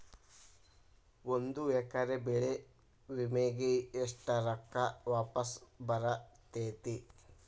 ಒಂದು ಎಕರೆ ಬೆಳೆ ವಿಮೆಗೆ ಎಷ್ಟ ರೊಕ್ಕ ವಾಪಸ್ ಬರತೇತಿ?